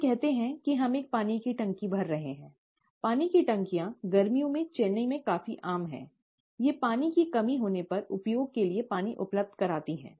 हम कहते हैं कि हम एक पानी की टंकी भर रहे हैं पानी की टंकियाँ गर्मियों में चेन्नई में काफी आम हैं वे पानी की कमी होने पर उपयोग के लिए पानी उपलब्ध कराती हैं